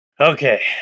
okay